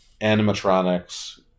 animatronics